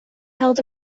held